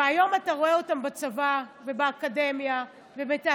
והיום אתה רואה אותם בצבא ובאקדמיה ובתעסוקה.